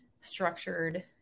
structured